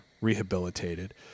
rehabilitated